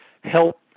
help